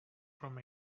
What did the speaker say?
from